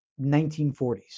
1940s